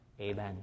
Amen